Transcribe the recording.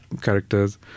characters